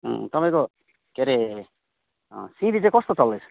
तपाईँको के अरे सिमी चाहिँ कस्तो चल्दैछ